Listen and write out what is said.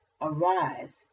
arise